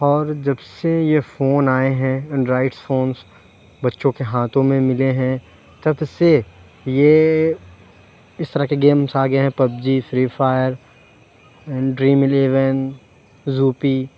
اور جب سے یہ فون آئے ہیں اینڈرائڈ فونس بچوں کے ہاتھوں میں ملے ہیں تب سے یہ اس طرح کے گیمس آ گیے ہیں PUBG Free Fire Dream Eleven روپی